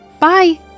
Bye